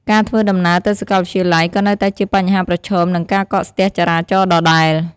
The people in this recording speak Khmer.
ការធ្វើដំណើរទៅសាកលវិទ្យាល័យក៏នៅតែជាបញ្ហាប្រឈមនឹងការកកស្ទះចរាចរណ៍ដដែល។